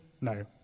no